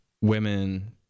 women